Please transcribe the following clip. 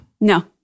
No